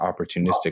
opportunistic